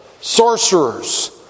sorcerers